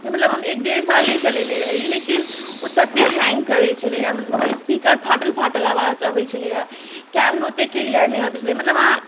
जे मतलब हम एक डेढ़ साल नहि चलेने रही लेकिन ओ तत्ते हैंग करै छलै मतलब ओकर स्पीकर फाटल फाटल आवाज अबैत छलै हैं कैमरो अत्ते क्लियर नहि अबै छलै हैं मतलब अहाँ